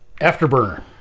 Afterburner